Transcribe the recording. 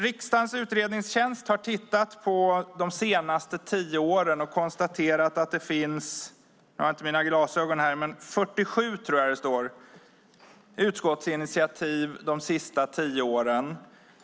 Riksdagens utredningstjänst har tittat på utskottsinitiativen och konstaterar att det tagits 47 utskottsinitiativ under de senaste tio åren.